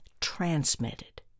transmitted